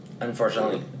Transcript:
unfortunately